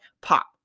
pop